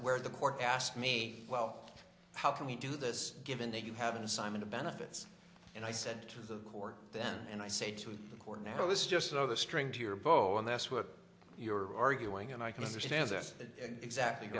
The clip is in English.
where the court asked me well how can we do this given that you have an assignment of benefits and i said to the court then and i said to the court now this is just another string to your bow and that's what you're arguing and i can understand that exactly